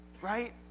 right